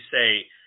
say